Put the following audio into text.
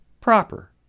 Proper